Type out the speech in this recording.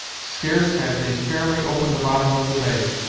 scarce had they fairly opened the bottom of the bay,